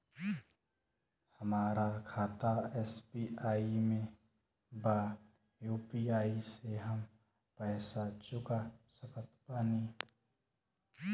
हमारा खाता एस.बी.आई में बा यू.पी.आई से हम पैसा चुका सकत बानी?